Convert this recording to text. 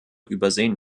übersehen